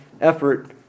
effort